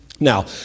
Now